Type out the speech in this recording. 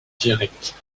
directe